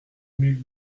mille